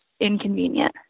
inconvenient